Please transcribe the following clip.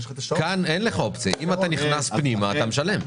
כאן אין לך אופציה אם אתה נכנס פנימה אתה משלם.